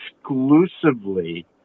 exclusively